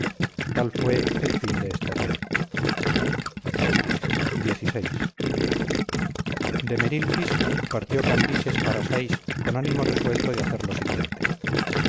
tal fue el fin de este rey xvi de merilfis partió cambises para sais con ánimo resuelto de hacer lo siguiente